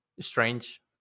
strange